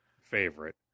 favorite